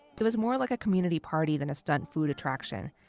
it was more like a community party than a stunt food attraction,